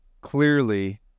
clearly